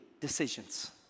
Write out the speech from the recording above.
decisions